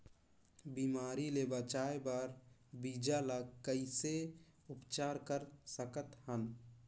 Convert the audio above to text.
बिमारी ले बचाय बर बीजा ल कइसे उपचार कर सकत हन?